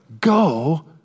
go